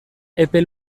epe